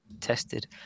tested